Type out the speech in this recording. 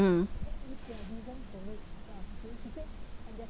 mm